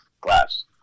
class